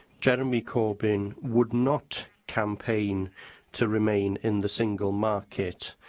jeremy corbyn would not campaign to remain in the single market.